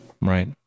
Right